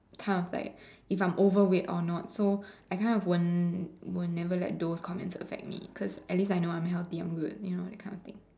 kind of like if I'm overweight or not so I kind of won't will never let those comments affect me at least I know I'm healthy I'm good you know that kind of things